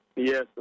Yes